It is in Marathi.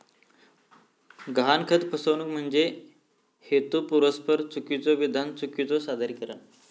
गहाणखत फसवणूक म्हणजे हेतुपुरस्सर चुकीचो विधान, चुकीचो सादरीकरण